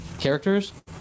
characters